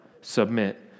submit